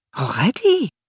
Already